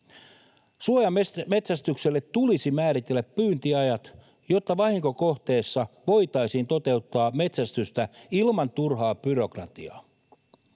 Suojametsästykselle tulisi määritellä pyyntiajat, jotta vahinkokohteessa voitaisiin toteuttaa metsästystä ilman turhaa byrokratiaa.